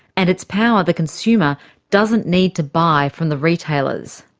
and it's power the consumer doesn't need to buy from the retailers.